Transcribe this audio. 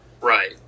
right